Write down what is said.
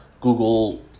Google